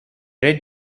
red